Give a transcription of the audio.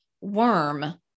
worm